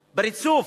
בריצוף.